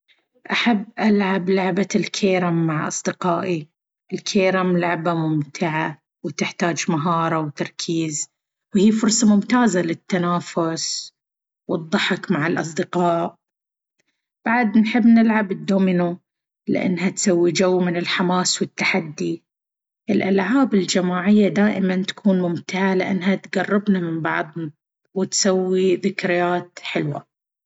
أحب ألعب لعبة الكيرم مع أصدقائي. الكيرم لعبة ممتعة وتحتاج مهارة وتركيز، وهي فرصة ممتازة للتنافس والضحك مع الأصدقاء. بعد، نحب نلعب الدومينو لأنها تسوي جو من الحماس والتحدي. الألعاب الجماعية دائمًا تكون ممتعة لأنها تقربنا من بعض وتسوي ذكريات حلوة.